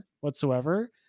whatsoever